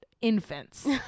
infants